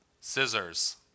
scissors